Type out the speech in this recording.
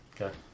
Okay